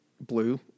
blue